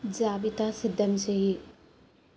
జాబితా సిద్ధం చెయ్యి